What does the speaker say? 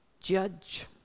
judge